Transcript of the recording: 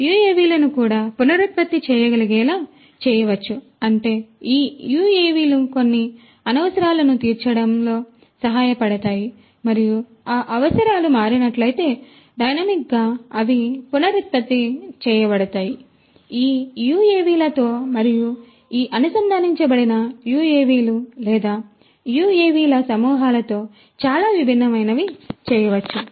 UAV లను కూడా పునరుత్పత్తి చేయగలిగేలా చేయవచ్చు అంటే ఈ యుఎవిలు కొన్ని అవసరాలను తీర్చడంలో సహాయపడతాయి మరియు ఆ అవసరాలు మారినట్లయితే డైనమిక్గా అవి పునరుత్పత్తి చేయబడతాయి ఈ యుఎవిలతో మరియు ఈ అనుసంధానించబడిన యుఎవిలు లేదా యుఎవిల సమూహాలతో చాలా విభిన్నమైనవి చేయవచ్చు